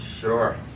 Sure